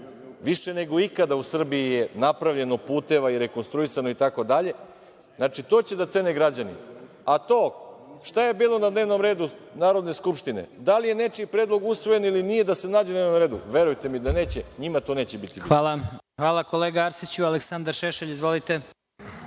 Više nego ikada u Srbiji je napravljeno puteva, rekonstruisano itd. To će da cene građani, a to šta je bilo na dnevnom redu Narodne skupštine, da li je nečiji predlog usvojen ili nije da se nađe na dnevnom redu, verujte mi da neće njima to neće biti bitno. **Vladimir Marinković** Hvala, hvala